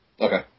Okay